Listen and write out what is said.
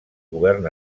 govern